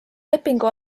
lepingu